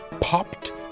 popped